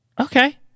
Okay